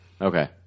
Okay